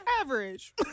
average